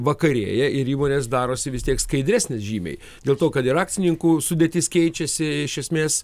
vakarėja ir įmonės darosi vis tiek skaidresnės žymiai dėl to kad ir akcininkų sudėtis keičiasi iš esmės